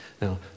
Now